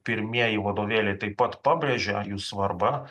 pirmieji vadovėliai taip pat pabrėžia jų svarbą